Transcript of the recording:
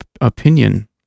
opinion